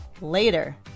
later